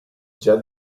già